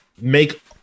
make